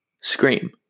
Scream